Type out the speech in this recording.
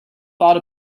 thought